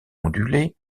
ondulée